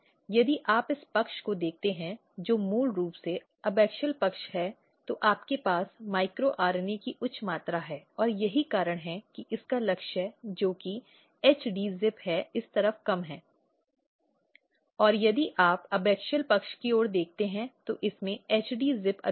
यदि आप इस पक्ष को देखते हैं जो मूल रूप से ऐबैक्सिअल पक्ष है तो आपके पास माइक्रो आरएनए की उच्च मात्रा है और यही कारण है कि इसका लक्ष्य जो कि HD ZIP है इस तरफ कम है और यदि आप ऐबैक्सिअल पक्ष की ओर देखते हैं तो इसमें HD ZIP अधिक है